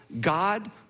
God